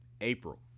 April